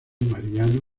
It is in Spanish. mariano